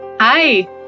Hi